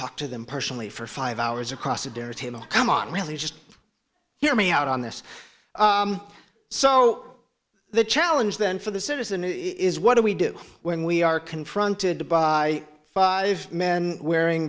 talk to them personally for five hours across the dinner table come on really just hear me out on this so the challenge then for the citizen is what do we do when we are confronted by five men wearing